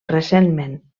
recentment